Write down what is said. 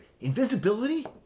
invisibility